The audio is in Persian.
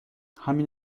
همین